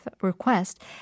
request